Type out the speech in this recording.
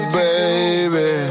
baby